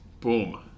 Boom